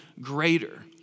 greater